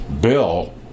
Bill